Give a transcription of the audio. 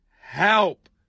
help